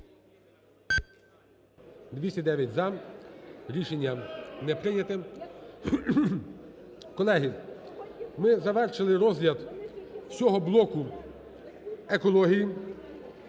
209 – за. Рішення не прийняте. Колеги, ми завершили розгляд всього блоку екології,